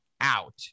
out